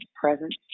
presence